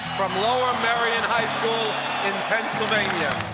from lower merion high school in pennsylvania.